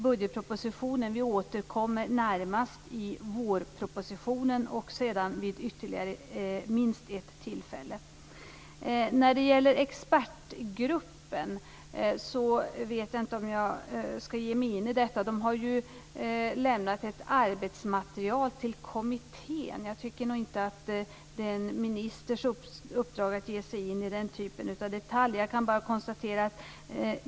Vi återkommer närmast i vårpropositionen och sedan vid ytterligare minst ett tillfälle. Jag vet inte om jag vill ge mig in på frågan om expertgruppen. De har ju lämnat ett arbetsmaterial till kommittén. Jag tycker inte att det är en ministers uppgift att ge sig in på den typen av detaljer.